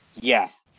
yes